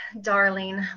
darling